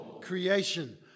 creation